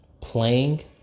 playing